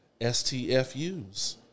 STFUs